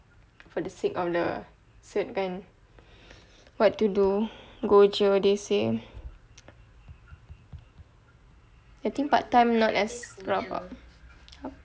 for the sake of the cert kan what to do go jer they say I think part time not as rabak